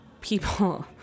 people